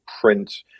print